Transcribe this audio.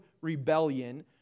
rebellion